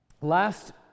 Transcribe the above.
last